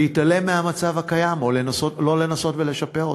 להתעלם מהמצב הקיים ולא לנסות ולשפר אותו.